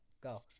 Go